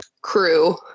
crew